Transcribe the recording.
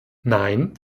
nein